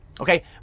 Okay